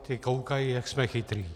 Ti koukají, jak jsme chytří.